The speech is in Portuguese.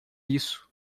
isso